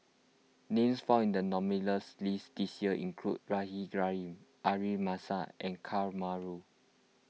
names found in the nominees' list this year include Rahimah Rahim and Ka Perumal